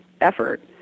effort